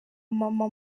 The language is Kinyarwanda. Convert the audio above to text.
maman